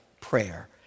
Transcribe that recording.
prayer